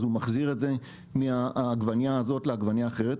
אז הוא מחזיר עגבנייה כזאת לעגבנייה אחרת.